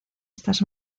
estas